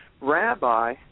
Rabbi